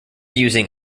using